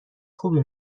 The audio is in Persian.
خوبی